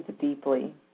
deeply